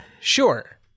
Sure